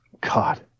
God